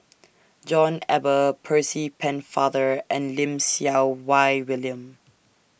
John Eber Percy Pennefather and Lim Siew Wai William